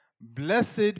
Blessed